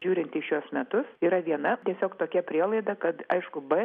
žiūrint į šiuos metus yra viena tiesiog tokia prielaida kad aišku b